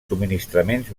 subministraments